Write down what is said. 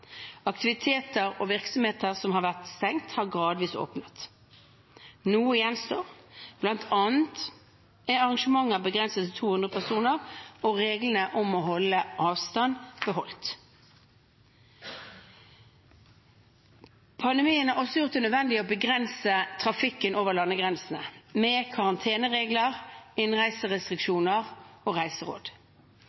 Aktiviteter og virksomheter som har vært stengt, har gradvis åpnet. Noe gjenstår, bl.a. er arrangementer begrenset til 200 personer og reglene om å holde avstand beholdt. Pandemien har også gjort det nødvendig å begrense trafikken over landegrensene, med karanteneregler,